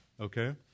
okay